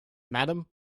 madam